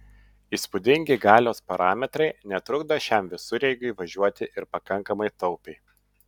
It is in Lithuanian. įspūdingi galios parametrai netrukdo šiam visureigiui važiuoti ir pakankamai taupiai